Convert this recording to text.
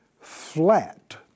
flat